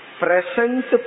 present